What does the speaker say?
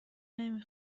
نمی